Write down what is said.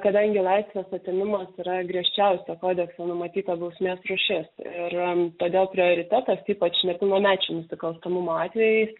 kadangi laisvės atėmimas yra griežčiausia kodekse numatyta bausmės rūšis ir todėl prioritetas ypač nepilnamečių nusikalstamumo atvejais